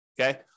Okay